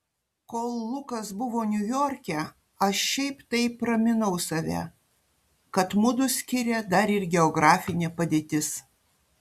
kol lukas buvo niujorke aš šiaip taip raminau save kad mudu skiria dar ir geografinė padėtis